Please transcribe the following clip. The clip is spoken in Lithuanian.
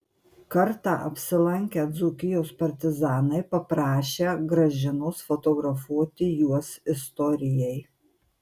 kartą apsilankę dzūkijos partizanai paprašę gražinos fotografuoti juos istorijai